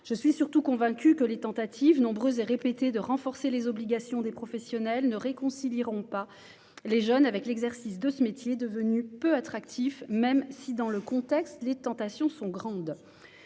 Je suis surtout convaincue que les tentatives, nombreuses et répétées, de renforcer les obligations des professionnels ne réconcilieront pas les jeunes avec l'exercice de ce métier, devenu peu attrayant, même si dans le contexte actuel, la tentation est grande.